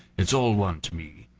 it's all one to me.